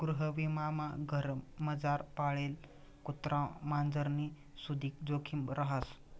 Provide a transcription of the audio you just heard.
गृहविमामा घरमझार पाळेल कुत्रा मांजरनी सुदीक जोखिम रहास